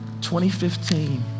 2015